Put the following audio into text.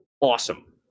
Awesome